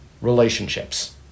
relationships